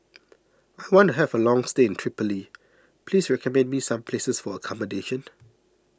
I want to have a long stay in Tripoli please recommend me some places for accommodation